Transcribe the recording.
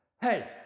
hey